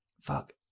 Fuck